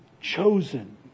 chosen